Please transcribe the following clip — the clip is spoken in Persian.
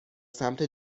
سمت